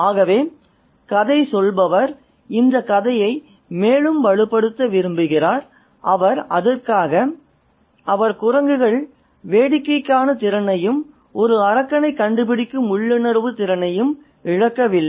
ஆகவே கதை சொல்பவர் இந்தக் கதையை மேலும் வலுப்படுத்த விரும்புகிறார் அதற்காக அவர் "குரங்குகள் வேடிக்கைக்கான திறனையும் ஒரு அரக்கனைக் கண்டுபிடிக்கும் உள்ளுணர்வு திறனையும் இழக்கவில்லை